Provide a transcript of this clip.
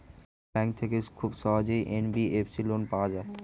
কোন ব্যাংক থেকে খুব সহজেই এন.বি.এফ.সি লোন পাওয়া যায়?